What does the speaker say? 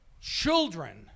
Children